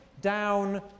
down